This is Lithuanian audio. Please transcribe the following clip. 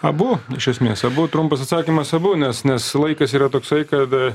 abu iš esmės abu trumpas atsakymas abu nes nes laikas yra toksai kad